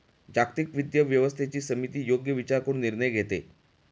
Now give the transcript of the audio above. जागतिक वित्तीय व्यवस्थेची समिती योग्य विचार करून निर्णय घेते